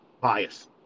bias